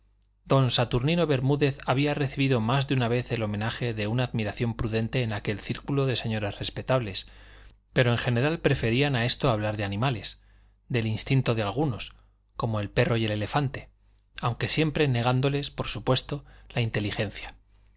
don saturnino bermúdez había recibido más de una vez el homenaje de una admiración prudente en aquel círculo de señores respetables pero en general preferían a esto hablar de animales v gr del instinto de algunos como el perro y el elefante aunque siempre negándoles por supuesto la inteligencia